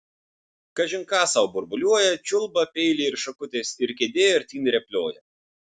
kažin ką sau burbuliuoja čiulba peiliai ir šakutės ir kėdė artyn rėplioja